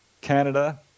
Canada